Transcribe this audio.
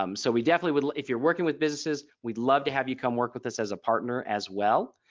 um so we definitely would. if you're working with businesses we'd love to have you come work with us as a partner as well.